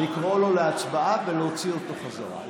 לקרוא לו להצבעה ולהוציא אותו חזרה.